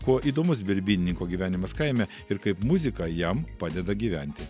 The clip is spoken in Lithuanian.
kuo įdomus birbynininko gyvenimas kaime ir kaip muzika jam padeda gyventi